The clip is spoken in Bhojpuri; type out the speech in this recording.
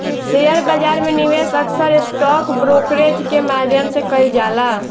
शेयर बाजार में निवेश अक्सर स्टॉक ब्रोकरेज के माध्यम से कईल जाला